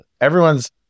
everyone's